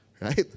Right